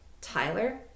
Tyler